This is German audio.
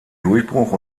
durchbruch